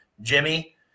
Jimmy